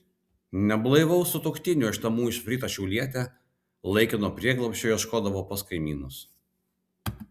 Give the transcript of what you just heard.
neblaivaus sutuoktinio iš namų išvyta šiaulietė laikino prieglobsčio ieškodavo pas kaimynus